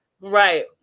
Right